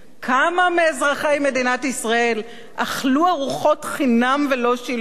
כמה מאזרחי מדינת ישראל אכלו ארוחות חינם ולא שילמו?